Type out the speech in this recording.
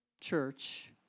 church